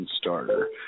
starter